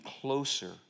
closer